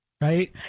right